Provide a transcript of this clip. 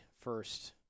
first